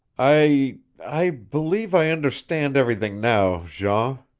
i i believe i understand everything now, jean,